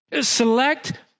Select